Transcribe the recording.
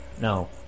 No